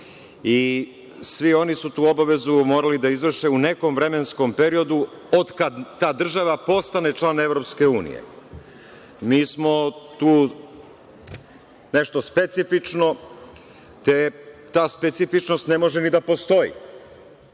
Svi oni su tu obavezu morali da izvrše u nekom vremenskom periodu, od kad ta država postane član Evropske unije. Nismo tu nešto specifično, te ta specifičnost ne može ni da postoji.